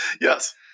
Yes